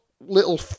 little